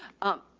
um,